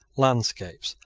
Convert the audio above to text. landscapes,